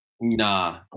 Nah